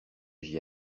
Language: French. j’y